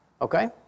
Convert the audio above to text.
Okay